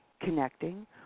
connecting